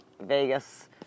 Vegas